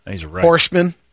Horseman